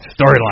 Storyline